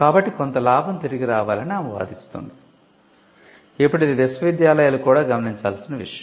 కాబట్టి కొంత లాభం తిరిగి రావాలని ఆమె వాదిస్తుంది ఇప్పుడు ఇది విశ్వవిద్యాలయాలు కూడా గమనించాల్సిన విషయం